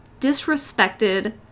disrespected